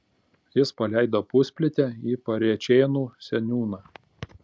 jis paleido pusplytę į parėčėnų seniūną